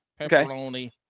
pepperoni